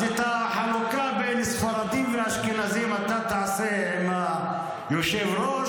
אז את החלוקה בין ספרדים ואשכנזים אתה תעשה עם היושב-ראש,